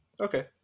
Okay